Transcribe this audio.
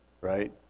Right